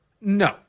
No